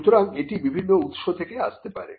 সুতরাং এটি বিভিন্ন উৎস থেকে আসতে পারে